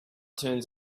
turns